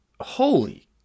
holy